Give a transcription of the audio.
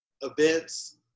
events